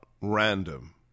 random